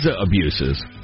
abuses